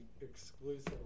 exclusive